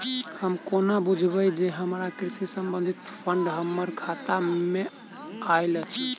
हम कोना बुझबै जे हमरा कृषि संबंधित फंड हम्मर खाता मे आइल अछि?